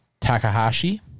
Takahashi